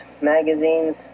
magazines